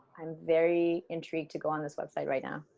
i'm very intrigued to go on this website right now